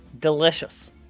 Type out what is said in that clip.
Delicious